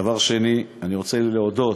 דבר שני, אני רוצה להודות